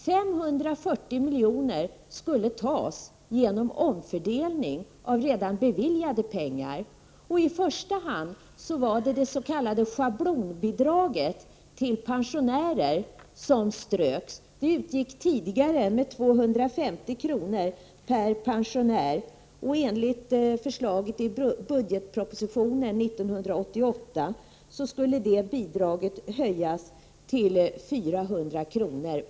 540 milj.kr. skulle tas genom omfördelning av redan beviljade pengar. I första hand ströks det s.k. schablonbidraget till pensionärer. Det utgick tidigare med 250 kr. per pensionär. Enligt förslaget i budgetpropositionen 1988 skulle det bidraget höjas till 400 kr.